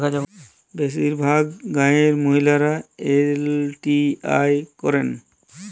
বেশিরভাগ গাঁয়ের মহিলারা এল.টি.আই করেন